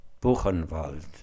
Buchenwald